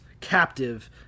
captive